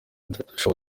bishoboka